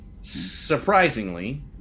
Surprisingly